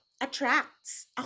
attracts